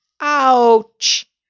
ouch